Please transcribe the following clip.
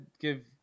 give